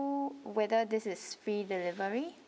whether this is free delivery